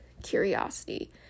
Curiosity